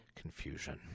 confusion